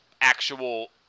actual